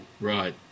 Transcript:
right